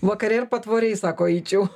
vakare ir patvoriais sako eičiau